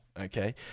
okay